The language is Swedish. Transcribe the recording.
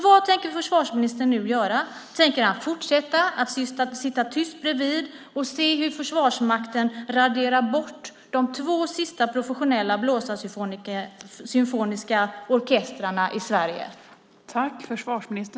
Vad tänker försvarsministern nu göra? Tänker han fortsätta att sitta tyst bredvid och se hur Försvarsmakten raderar bort de två sista professionella blåsarsymfoniska orkestrarna i Sverige?